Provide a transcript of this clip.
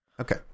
Okay